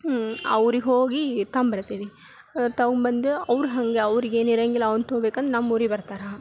ಆ ಊರಿಗೆ ಹೋಗಿ ತಂಬರ್ತಿವಿ ತಗೊಂಬಂದು ಅವರು ಹಾಗೆ ಅವ್ರಿಗೇನು ಇರಂಗಿಲ್ಲ ಅವನು ತೊಗೊಬೇಕಂದ್ರೆ ನಮ್ಮೂರಿಗೆ ಬರ್ತಾರೆ